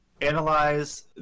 analyze